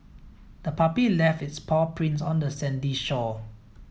the puppy left its paw prints on the sandy shore